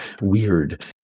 weird